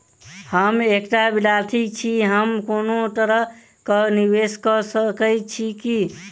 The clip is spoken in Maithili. हम एकटा विधार्थी छी, हम कोनो तरह कऽ निवेश कऽ सकय छी की?